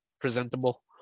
presentable